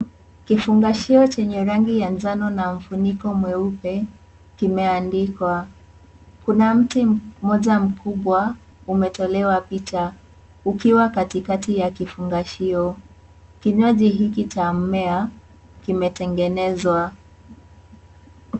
Kifungashio chenye rangi ya njano na ufuniko mweupe kimeandikwa. Kuna mti mmoja mkubwa umetolewa picha ukiwa katikati ya kifungashio. Kinywaji hiki cha mmea kimetengenezwa.